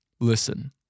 listen